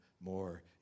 more